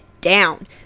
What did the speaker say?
down